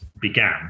began